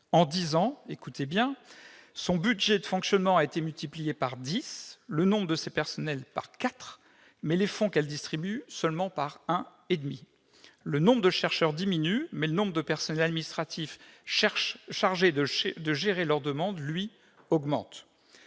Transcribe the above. collègues, son budget de fonctionnement a été multiplié par dix, le nombre de ses personnels par quatre, mais les fonds qu'elle distribue seulement par un et demi ! Le nombre de chercheurs diminue, mais le nombre de personnels administratifs chargés de gérer leurs demandes, lui, augmente